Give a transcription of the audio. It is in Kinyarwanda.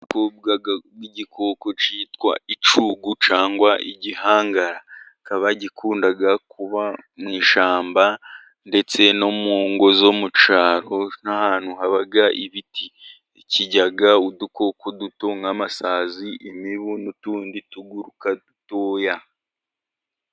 Igikoko cyitwa Icyugu cyangwa Igihangara, kikaba gikunda kuba mu ishyamba ndetse no mu ngo zo mu cyaro, nk'ahantu haba ibiti, kirya udukoko duto nk'amasazi, imibu n'utundi tuguruka dutoya.